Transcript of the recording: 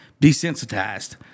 desensitized